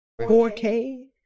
4K